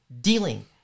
dealing